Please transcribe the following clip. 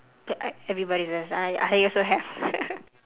that I everybody does I I also have